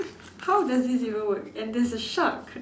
how does this even work and there's a shark